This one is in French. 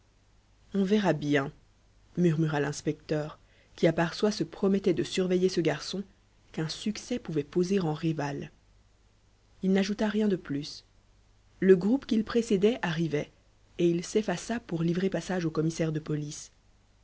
on verra bien murmura l'inspecteur qui à part soi se promettait de surveiller ce garçon qu'un succès pouvait poser en rival il n'ajouta rien de plus le groupe qu'il précédait arrivait et il s'effaça pour livrer passage au commissaire de police